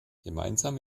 gemeinsam